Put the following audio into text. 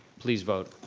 please vote.